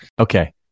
Okay